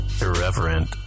irreverent